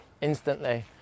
instantly